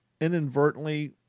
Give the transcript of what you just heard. inadvertently